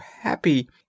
happy